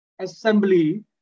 Assembly